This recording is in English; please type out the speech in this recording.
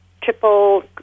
triple